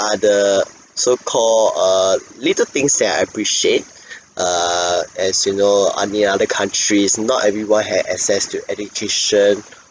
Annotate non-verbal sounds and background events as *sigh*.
the so-called err little things that I appreciate *breath* err as you know I mean other countries not everyone has access to education *breath*